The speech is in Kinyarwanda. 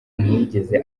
ntiyigeze